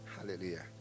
Hallelujah